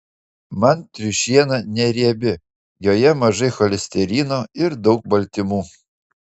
mat triušiena neriebi joje mažai cholesterino ir daug baltymų